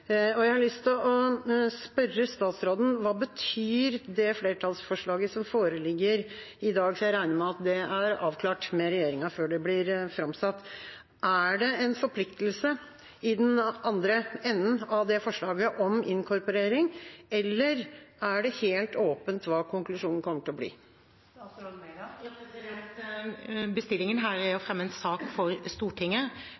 komiteen. Jeg har lyst til å spørre statsråden: Hva betyr det flertallsforslaget som foreligger i dag? Jeg regner med at det er avklart med regjeringen før det blir framsatt. Er det en forpliktelse i den andre enden av det forslaget om inkorporering, eller er det helt åpent hva konklusjonen kommer til å bli? Bestillingen her er å